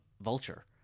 Vulture